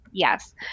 yes